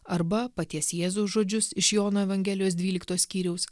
arba paties jėzaus žodžius iš jono evangelijos dvylikto skyriaus